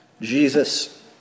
Jesus